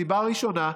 סיבה ראשונה: